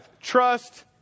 Trust